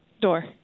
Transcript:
Door